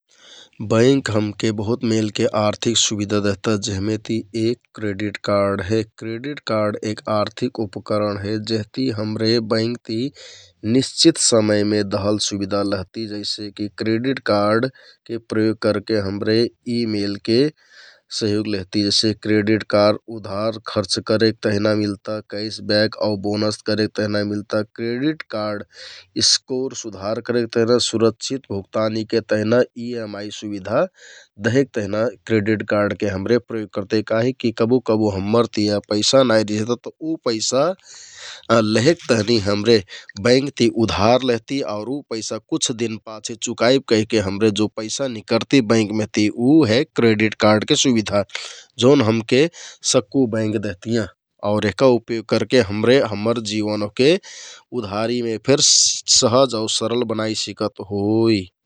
बैंक हमके बहुत मेलके आर्थिक सुबिधा देहता जेहमे ति एक क्रेडिट कार्ड हे श क्रेडिट कार्ड एक आर्थिक उपकारण हे जेहति हमरे बैंकति निश्चित समयमे दहल सुबिधा लहति जैसेकि क्रेडिट कार्डके प्रयोग करके हम्रे यि मेलके सहयोग लेहति जैसे क्रेडिट कार्ड उधार खर्च करेक तेहना मिलता । कैसब्याग आउ बोनस करेक तेहना मिलता । क्रेडिट कार्ड स्कोर सुधार करेक तेहना, सुरक्षित भुक्तानीके यि एमआइ सुबिधा देहेक तेहना क्रेडिट कार्डके हमरे प्रयोग करति काहिककि कबु कबु हम्मर तिया पैसा नाइ उ पैसा लेहेक तहनि हमरे बैंकति उधार लेहति आउर उ पैसा कुछ दिन पाछे चुकाइब कहिके हमरे जो पैसा निकरति बैंक महति उ हे क्रेडिट कार्डके सुबिधा जौन हमके सक्कु बैंक देहतियाँ । आउर यहका उपयोग करके हमरे हम्मर जिवन ओहके उधारीमे फेर सहज आउर सरल बनाइ सिकत होइ ।